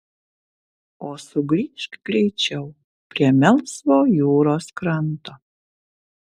o sugrįžk greičiau prie melsvo jūros kranto